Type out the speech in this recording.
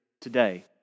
today